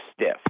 stiff